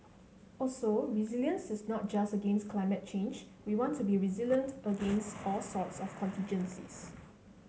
also resilience is not just against climate change we want to be resilient against all sorts of contingencies